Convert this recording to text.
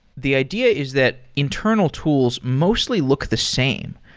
the idea is that internal tools mostly look the same.